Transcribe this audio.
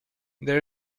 there